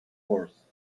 horse